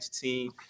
team